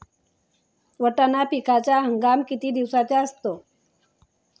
वाटाणा पिकाचा हंगाम किती दिवसांचा असतो?